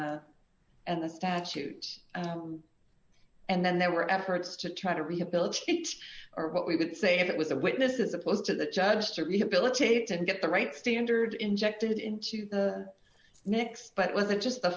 and and the statute and then there were efforts to try to rehabilitate him or what we would say if it was a witness as opposed to the judge to rehabilitate and get the right standard injected into the mix but it wasn't just the